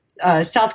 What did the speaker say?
South